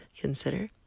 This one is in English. consider